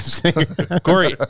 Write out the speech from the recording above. Corey